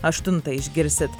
aštuntą išgirsit